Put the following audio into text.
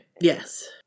yes